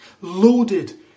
loaded